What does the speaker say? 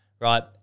right